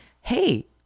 Hey